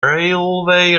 railway